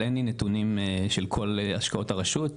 אבל אין לי נתונים מלאים של כל השקעות הרשות.